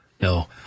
no